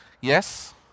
Yes